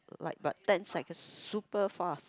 like but ten second super fast